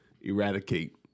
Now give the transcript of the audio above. eradicate